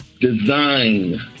design